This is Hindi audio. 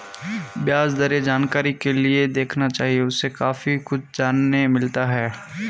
ब्याज दरें जानकारी के लिए देखना चाहिए, उससे काफी कुछ जानने मिलता है